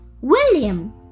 William